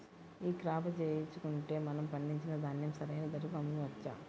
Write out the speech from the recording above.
ఈ క్రాప చేయించుకుంటే మనము పండించిన ధాన్యం సరైన ధరకు అమ్మవచ్చా?